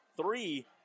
three